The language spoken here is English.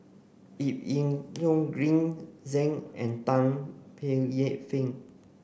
Ip Yiu Tung Green Zeng and Tan Paey Fern